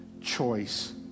choice